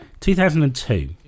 2002